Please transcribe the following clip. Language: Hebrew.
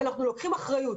אבל אנחנו לוקחים אחריות.